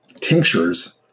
Tinctures